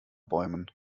bäumen